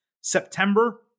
September